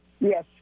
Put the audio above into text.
Yes